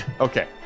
Okay